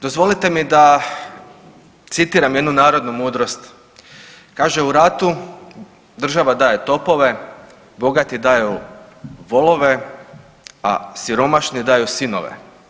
Dozvolite mi da citiram jednu narodnu mudrost, kaže „U ratu država daje topove, bogati daju volove, a siromašni daju sinove.